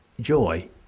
joy